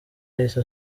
yahise